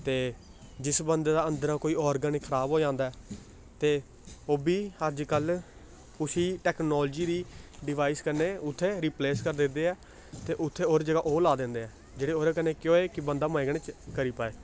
ते जिस बंदे दा अन्दरा कोई आर्गन खराब हो जांदा ऐ ते ओह् बी अजकल्ल उस्सी टैक्नालोजी दी डिवाइस कन्नै उत्थै रिप्लेस करी दिंदे ऐ ते उत्थै ओह्दी ज'गा ओह् ला दिंदे ऐ जेह्दे ओह्दे कन्नै केह् होऐ कि बंदा मजे कन्नै करी पाए